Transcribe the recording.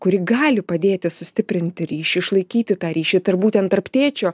kuri gali padėti sustiprinti ryšį išlaikyti tą ryšį tarp būtent tarp tėčio